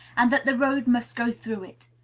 and that the road must go through it.